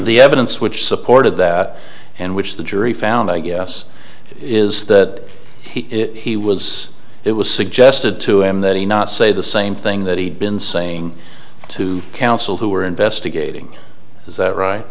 the evidence which supported that and which the jury found i guess is that he was it was suggested to him that he not say the same thing that he'd been saying to counsel who were investigating is that right